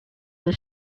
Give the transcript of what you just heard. his